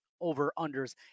over-unders